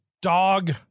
dog